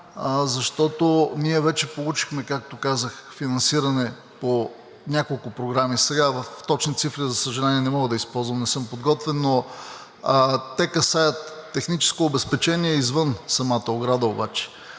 защото ние вече получихме, както казах, финансиране по няколко програми. Сега точни цифри, за съжаление, не мога да използвам – не съм подготвен, но те касаят техническо обезпечение извън самата ограда обаче.